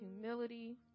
humility